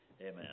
Amen